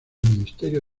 ministerio